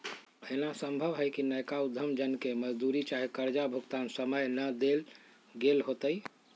एना संभव हइ कि नयका उद्यम जन के मजदूरी चाहे कर्जा भुगतान समय न देल गेल होतइ